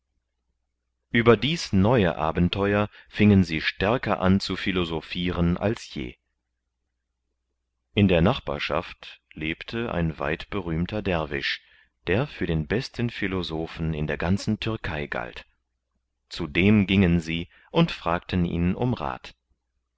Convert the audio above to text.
ueber dies neue abenteuer fingen sie stärker an zu philosophiren als je in der nachbarschaft lebte ein weit berühmter derwisch der für den besten philosophen in der ganzen türkei galt zu dem gingen sie und fragten ihn um rath